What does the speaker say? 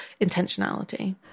intentionality